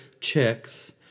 chicks